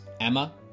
Emma